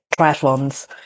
triathlons